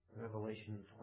Revelation